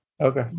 Okay